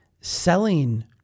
selling